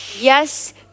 yes